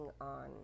on